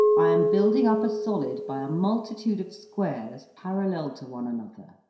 i am building up a solid by a multitude of squares parallel to one another.